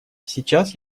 сейчас